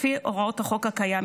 לפי הוראות החוק הקיים,